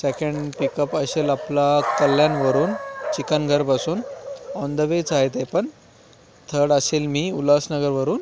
second pickup असेल आपला कल्याणवरून चिकनघरपासून ऑन द वेच आहे तेपण थर्ड असेल मी उल्हासनगरवरून